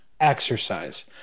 exercise